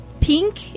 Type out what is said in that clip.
pink